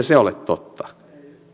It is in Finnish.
se ole totta